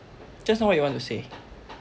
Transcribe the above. just now what you want to say